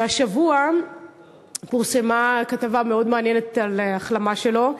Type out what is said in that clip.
השבוע פורסמה כתבה מאוד מעניינת על ההחלמה שלו,